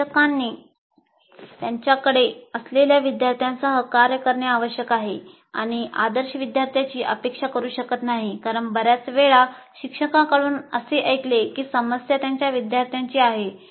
शिक्षकांनी त्यांच्याकडे असलेल्या विद्यार्थ्यांसह कार्य करणे आवश्यक आहे आणि आदर्श विद्यार्थ्यांची अपेक्षा करू शकत नाही कारण बर्याच वेळा शिक्षकांकडून असे ऐकले की समस्या त्यांच्या विद्यार्थ्यांची आहे